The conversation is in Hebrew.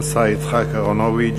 השר יצחק אהרונוביץ,